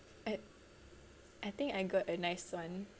I I think I got a nice one